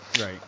right